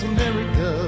America